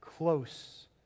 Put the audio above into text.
close